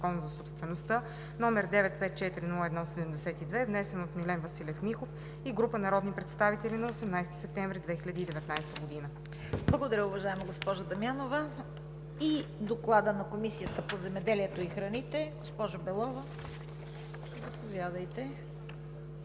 Благодаря, уважаема госпожо Дамянова. И Докладът на Комисията по земеделието и храните – госпожо Белова, заповядайте.